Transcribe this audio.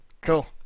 Cool